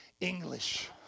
English